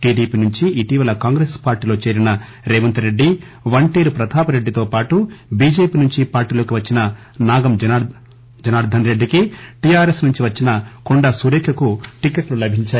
TDP నుంచి ఇటీవల కాంగ్రెస్ పార్టీలో చేరిన రేవంత్ రెడ్డి వంటేరు ప్రతాప్ రెడ్డితో పాటు బిజెపి నుంచి పార్టీలోకి వచ్చిన నాగం జనాందర్ రెడ్డికి టిఆర్ఎస్ నుంచి వచ్చిన కొండా సురేఖకు టిక్కెటు లభించాయి